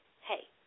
hey